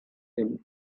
him